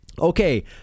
Okay